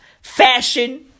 fashion